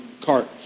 cart